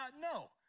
no